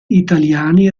italiani